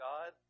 God